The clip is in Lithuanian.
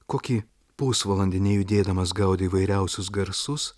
kokį pusvalandį nejudėdamas gaudė įvairiausius garsus